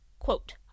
Quote